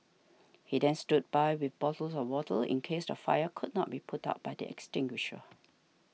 he then stood by with bottles of water in case the fire could not be put out by the extinguisher